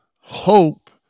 hope